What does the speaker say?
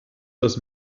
das